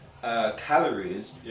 Calories